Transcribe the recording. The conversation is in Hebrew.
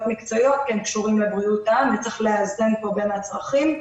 מקצועיות שקשורות לבריאות העם וצריך לאזן פה בין הצרכים.